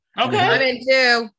Okay